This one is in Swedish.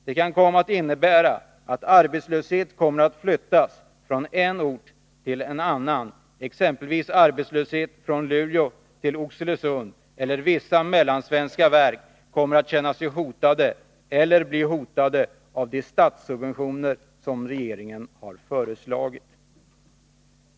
Detta kan komma att innebära att arbetslöshet flyttas från en ort till en annan, exempelvis från Luleå till Oxelösund, eller att vissa mellansvenska verk kommer att känna sig hotade eller bli hotade av de statssubventioner som regeringen har föreslagit.